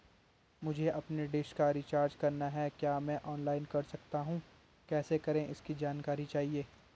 मुझे अपनी डिश का रिचार्ज करना है क्या मैं ऑनलाइन कर सकता हूँ कैसे करें इसकी जानकारी चाहिए?